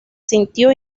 sintió